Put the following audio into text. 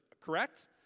correct